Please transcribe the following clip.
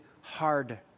hard